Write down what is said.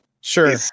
sure